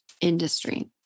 industry